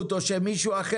אתה לא מתכוון שהיא מממנת?